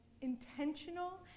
intentional